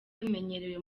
bimenyerewe